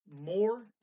more